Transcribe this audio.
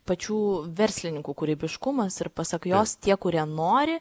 pačių verslininkų kūrybiškumas ir pasak jos tie kurie nori